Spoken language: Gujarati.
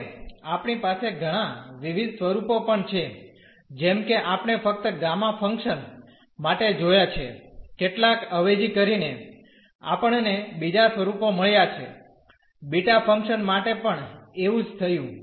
હવે આપણી પાસે ઘણાં વિવિધ સ્વરૂપો પણ છે જેમ કે આપણે ફક્ત ગામા ફંક્શન માટે જોયા છે કેટલાક અવેજી કરીને આપણ ને બીજા સ્વરૂપો મળ્યા છે બીટા ફંક્શન માટે પણ એવું જ થયું